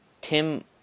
Tim